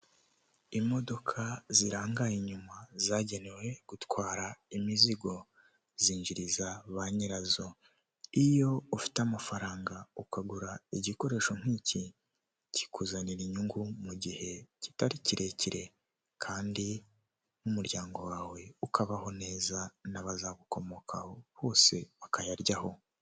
Umuhanda munini hakurya y'umuhanda hari inzu nini icururizwamo ibintu bitandukanye hari icyapa cy'amata n'icyapa gicuruza farumasi n'imiti itandukanye.